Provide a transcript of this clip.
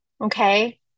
Okay